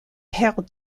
père